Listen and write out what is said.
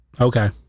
Okay